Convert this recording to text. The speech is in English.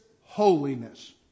holiness